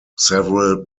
several